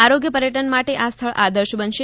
આરોગ્ય પર્યટન માટે આ સ્થળ આદર્શ બનશે